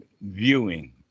viewing